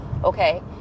Okay